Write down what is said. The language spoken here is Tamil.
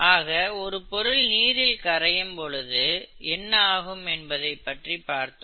ஆக ஒரு பொருள் நீரில் கரையும் பொழுது என்ன ஆகும் என்பதை பற்றி பார்த்தோம்